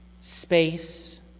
space